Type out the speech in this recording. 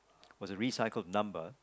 was a recycled number